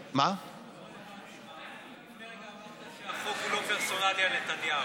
לפני רגע אמרת שהחוק הוא לא פרסונלי על נתניהו,